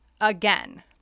again